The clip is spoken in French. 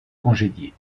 congédié